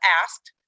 asked